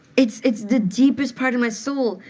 it's it's the deepest part of my soul.